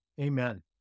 Amen